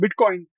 Bitcoin